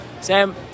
Sam